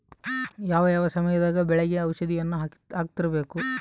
ಯಾವ ಯಾವ ಸಮಯದಾಗ ಬೆಳೆಗೆ ಔಷಧಿಯನ್ನು ಹಾಕ್ತಿರಬೇಕು?